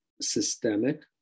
systemic